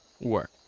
Work